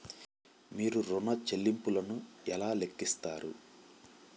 మీరు ఋణ ల్లింపులను ఎలా లెక్కిస్తారు?